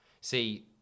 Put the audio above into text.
See